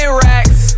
racks